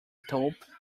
thorpe